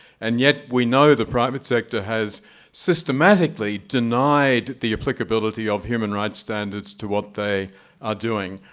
and yet, we know the private sector has systematically denied the applicability of human rights standards to what they are doing.